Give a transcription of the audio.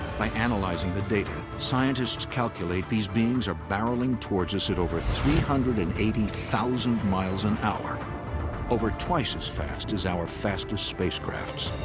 by analyzing the data, scientists calculate these beings are barreling towards us at over three hundred and eighty thousand miles an hour over twice as fast as our fastest spacecrafts.